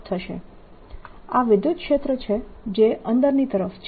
થશે આ વિદ્યુતક્ષેત્ર છે જે અંદરની તરફ છે